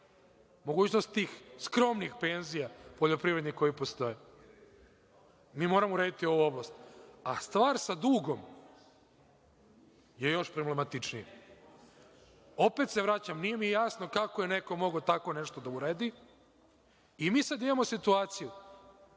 mogućnost tih skromnih penzija, poljoprivrednih, koje postoje. Mi moramo urediti ovu oblast. A stvar sa dugom je još problematičnija. Opet se vraćam, nije mi jasno kako je neko mogao tako nešto da uredi. Sad imamo situaciju